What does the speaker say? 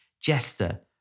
Jester